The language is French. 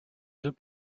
deux